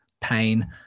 pain